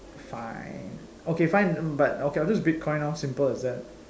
fine okay fine mm okay but I'll just Bitcoin lor simple as that